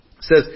says